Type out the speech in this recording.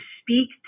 speak